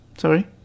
Sorry